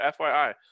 FYI